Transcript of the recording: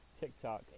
TikTok